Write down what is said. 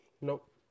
Nope